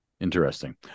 Interesting